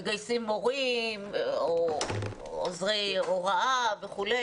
מגייסים מורים או עוזרי הוראה וכו'.